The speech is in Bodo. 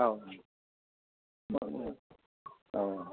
औ औ